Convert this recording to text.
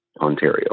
Ontario